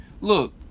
Look